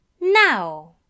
Now